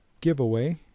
giveaway